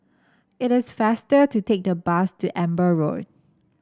it is faster to take the bus to Amber Road